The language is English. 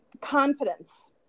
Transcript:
Confidence